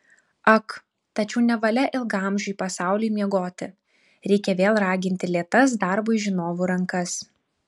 ak tačiau nevalia ilgaamžiui pasauliui miegoti reikia vėl raginti lėtas darbui žinovų rankas